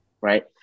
right